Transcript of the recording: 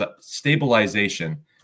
stabilization